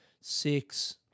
Six